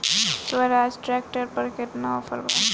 Swaraj tractor पर केतना offer बा?